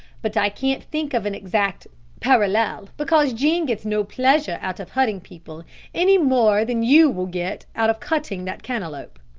but i can't think of an exact parallel, because jean gets no pleasure out of hurting people any more than you will get out of cutting that cantaloup.